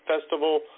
Festival